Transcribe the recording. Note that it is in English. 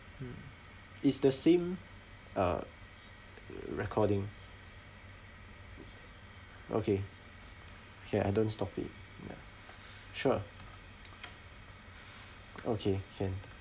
mm it's the same uh recording okay okay I don't stop it ya sure okay can